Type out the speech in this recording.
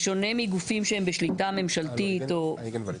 שבשונה מגופים שהם בשליטה ממשלתית או רשות ממשלתית,